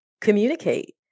communicate